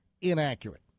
inaccurate